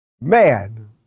Man